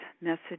message